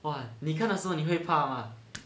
!wah! 你看的时候你会怕吗